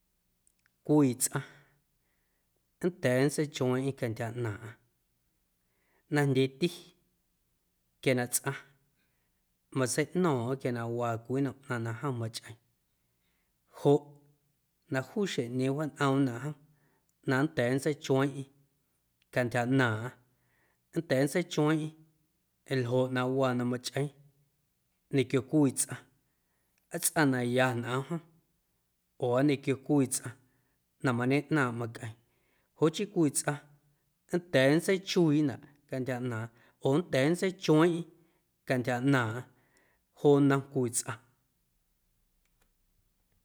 Cwii tsꞌaⁿ nnda̱a̱ nntseichueeⁿꞌeⁿ cantyja ꞌnaaⁿꞌaⁿ najndyeeti quia na tsꞌaⁿ matseiꞌno̱o̱ⁿꞌo̱ⁿ quia na waa cwii nnom ꞌnaⁿ na jom machꞌeeⁿ joꞌ na juu xjeⁿꞌñeeⁿ wjaañꞌoomnaꞌ na jom na nnda̱a̱ nntseichueeⁿꞌeⁿ antyja ꞌnaaⁿꞌaⁿ nnda̱a̱ nntseichueeⁿꞌeⁿ ljoꞌ na waa na machꞌeeⁿ ñequio cwii tsꞌaⁿ aa tsꞌaⁿ na ya ñꞌoom jom oo aa ñequio cwii tsꞌaⁿ na mañeꞌnaaⁿꞌ macꞌeeⁿ joꞌ chii cwii tsꞌaⁿ nnda̱a̱ nntseichuiiꞌnaꞌ cantyja ꞌnaaⁿꞌaⁿ oo nnda̱a̱ nntsechueeⁿꞌeⁿ cantyja ꞌnaaⁿꞌaⁿ joo nnom cwii tsꞌaⁿ.